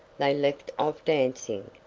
they left off dancing,